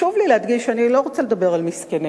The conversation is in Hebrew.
חשוב לי להדגיש שאני לא רוצה לדבר על מסכנים.